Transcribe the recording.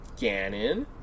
Ganon